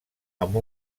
amb